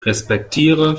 respektiere